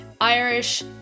Irish